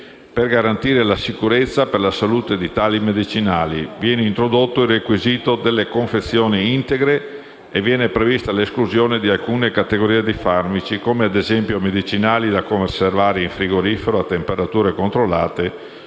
Per garantire la sicurezza per la salute di tali medicinali, viene introdotto il requisito delle confezioni integre e viene prevista l'esclusione di alcune categorie di farmaci, come ad esempio medicinali da conservare in frigorifero a temperature controllate,